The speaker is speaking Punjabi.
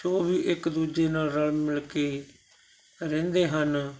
ਜੋ ਵੀ ਇੱਕ ਦੂਜੇ ਨਾਲ਼ ਰਲ਼ ਮਿਲਕੇ ਰਹਿੰਦੇ ਹਨ